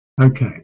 Okay